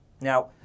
Now